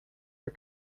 her